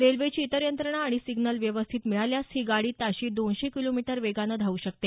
रेल्वेची इतर यंत्रणा आणि सिम्नल व्यवस्थित मिळाल्यास ही गाडी ताशी दोनशे किलोमीटर वेगानं धावू शकते